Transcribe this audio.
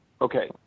Okay